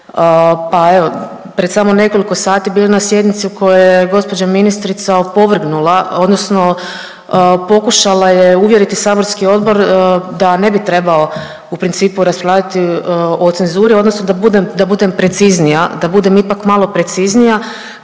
pa evo pred samo nekoliko sati bili na sjednici u kojoj je gđa. ministrica opovrgnula odnosno pokušala je uvjeriti saborski odbor da ne bi trebao u principu raspravljati o cenzuri odnosno da budem, da budem preciznija, da budem ipak malo preciznija,